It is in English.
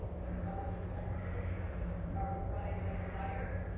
the cost of textbooks are rising higher.